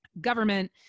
government